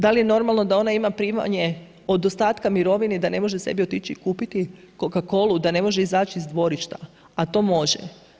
Da li je normalno da ona ima primanje od ostatka mirovine da ne može sebi otići i kupiti coca-colu, da ne može izaći iz dvorišta a to može.